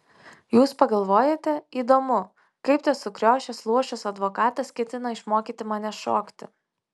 jūs pagalvojote įdomu kaip tas sukriošęs luošas advokatas ketina išmokyti mane šokti